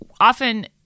often